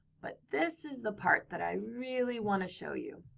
but this is the part that i really want to show you.